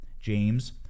James